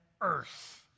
Earth